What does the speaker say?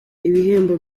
ibihembo